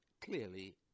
clearly